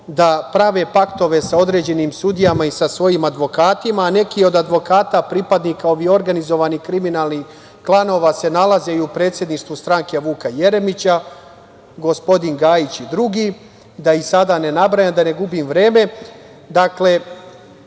da prave paktove sa određenim sudijama i sa svojim advokatima, a neki od advokata pripadnika ovih organizovanih kriminalnih klanova se nalaze i u predsedništvu stranke Vuka Jeremića, gospodin Gajić i Vujić i drugi, da ih sada ne nabrajam da ne gubim vreme. Dakle,